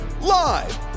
live